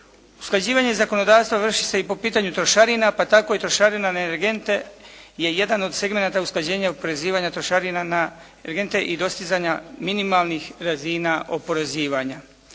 Usklađivanje zakonodavstva vrši se i po pitanju trošarina pa tako i trošarina na energente je jedan od segmenata usklađenja oporezivana trošarina na energente i dostizanja minimalnih razina oporezivanja.